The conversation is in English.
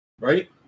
Right